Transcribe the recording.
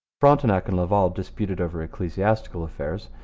frontenac and laval disputed over ecclesiastical affairs.